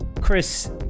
Chris